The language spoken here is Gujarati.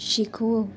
શીખવું